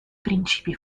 principi